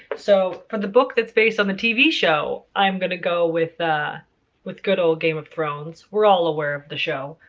so for the book that's based on a tv show. i'm gonna go with ah with good old game of thrones, we're all aware of the show.